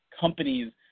companies